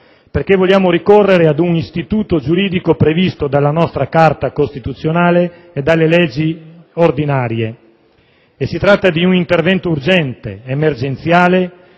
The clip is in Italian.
perché vogliamo ricorrere ad un istituto giuridico previsto dalla nostra Carta costituzionale e dalle leggi ordinarie. Si tratta di un intervento urgente, emergenziale,